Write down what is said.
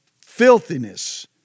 filthiness